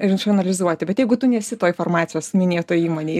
ir išanalizuoti bet jeigu tu nesi toj farmacijos minėtoj įmonėj